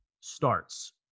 starts